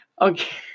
Okay